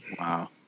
Wow